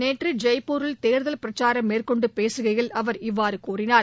நேற்று ஜெய்ப்பூரில் தேர்தல் பிரச்சாரம் மேற்கொண்டு பேசுகையில் அவா இவ்வாறு கூறினார்